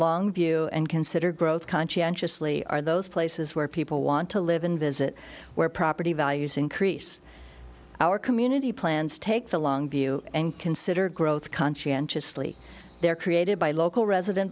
long view and consider growth conscientiously are those places where people want to live and visit where property values increase our community plans take the long view and consider growth conscientiously they are created by local resident